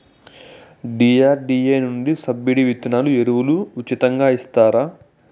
DRDA నుండి subsidy విత్తనాలు ఎరువులు ఉచితంగా ఇచ్చారా?